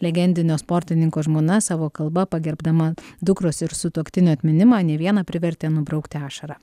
legendinio sportininko žmona savo kalba pagerbdama dukros ir sutuoktinio atminimą ne vieną privertė nubraukti ašarą